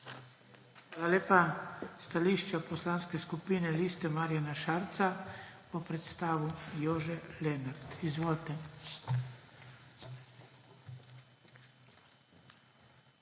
Hvala lepa. Stališče poslanske skupine Liste Marjana Šarca bo predstavil Nik Prebil. Izvolite.